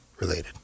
related